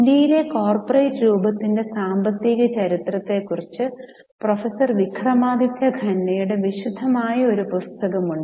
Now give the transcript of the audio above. ഇന്ത്യയിലെ കോർപ്പറേറ്റ് രൂപത്തിന്റെ സാമ്പത്തിക ചരിത്രത്തെക്കുറിച്ച് പ്രൊഫസർ വിക്രമാദിത്യ ഖന്നയുടെ വിശദമായ ഒരു പുസ്തകം ഉണ്ട്